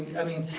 i mean,